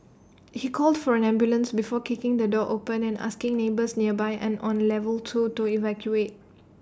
he called for an ambulance before kicking the door open and asking neighbours nearby and on level two to evacuate